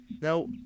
Now